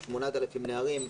ל-8,000 נערים,